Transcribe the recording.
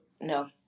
No